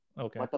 Okay